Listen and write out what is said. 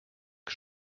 que